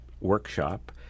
workshop